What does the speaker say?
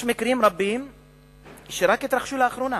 רק לאחרונה